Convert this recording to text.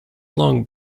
long